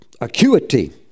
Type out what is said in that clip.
acuity